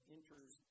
Enters